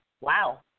Wow